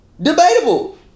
Debatable